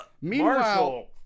Meanwhile